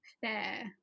fair